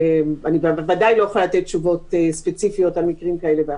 אני בוודאי לא יכולה לתת תשובות ספציפיות על מקרים כאלה ואחרים.